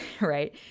right